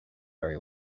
very